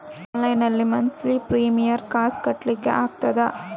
Online ನಲ್ಲಿ monthly premier ಕಾಸ್ ಕಟ್ಲಿಕ್ಕೆ ಆಗ್ತದಾ?